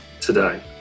today